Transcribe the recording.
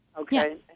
Okay